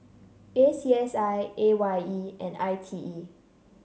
A C S I A Y E and I T E